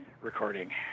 recording